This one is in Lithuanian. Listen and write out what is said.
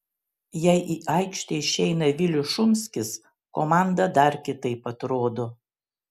jei į aikštę išeina vilius šumskis komanda dar kitaip atrodo